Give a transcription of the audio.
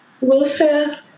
welfare